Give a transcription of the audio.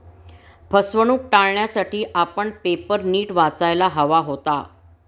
फसवणूक टाळण्यासाठी आपण पेपर नीट वाचायला हवा होता